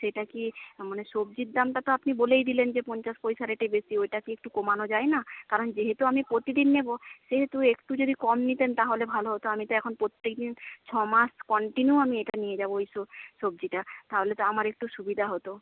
সেটা কী মানে সবজির দামটা তো আপনি বলেই দিলেন যে পঞ্চাশ পয়সা রেটে বেশি ওইটা কী একটু কমানো যায়না কারণ যেহেতু আমি প্রতিদিন নেব সেহেতু একটু যদি কম নিতেন তাহলে ভালো হত আমি তো এখন প্রত্যেকদিন ছ মাস কন্টিনিউ আমি এটা নিয়ে যাবো এই সবজিটা তাহলে তো আমার একটু সুবিধা হত